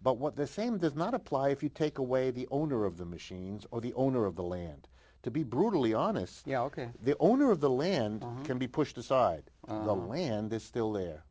but what this same does not apply if you take away the owner of the machines or the owner of the land to be brutally honest the owner of the land can be pushed aside the land is still there